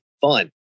fun